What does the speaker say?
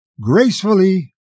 gracefully